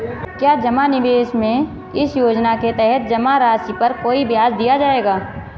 क्या जमा निवेश में इस योजना के तहत जमा राशि पर कोई ब्याज दिया जाएगा?